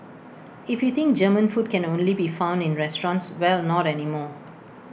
if you think German food can only be found in restaurants well not anymore